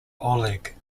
oleg